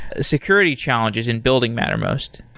security challenges in building mattermost?